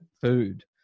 food